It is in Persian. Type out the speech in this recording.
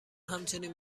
همچنین